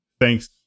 thanks